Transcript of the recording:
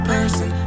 Person